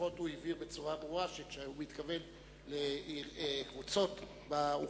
לפחות הוא הבהיר בצורה ברורה שכשהוא מתכוון לקבוצות באוכלוסייה,